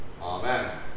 Amen